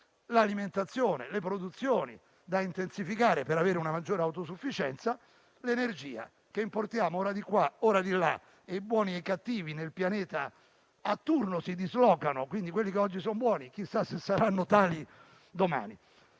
dell'alimentazione, le produzioni da intensificare per avere una maggiore autosufficienza, l'energia, che importiamo ora di qua e ora di là. I buoni e i cattivi nel pianeta si dislocano a turno, quindi quelli che oggi sono buoni chissà se saranno tali domani.